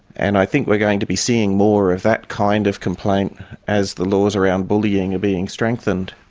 and i think we are going to be seeing more of that kind of complaint as the laws around bullying are being strengthened.